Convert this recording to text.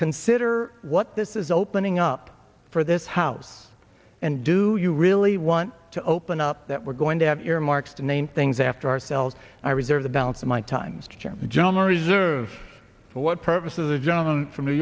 consider what this is opening up for this house and do you really want to open up that we're going to have earmarks to name things after ourselves i reserve the balance of my times to check john reserve for what purpose of the gentleman from new